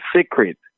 secret